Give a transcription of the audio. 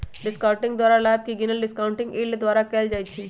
discounting द्वारा लाभ के गिनल डिस्काउंटिंग यील्ड द्वारा कएल जाइ छइ